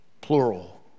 plural